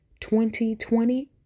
2020